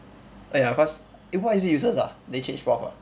ah ya cause eh why is it useless ah they change prof ah